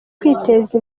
kwiteza